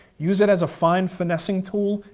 use it as a fine finessing tool,